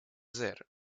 sehr